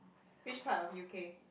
which part of U_K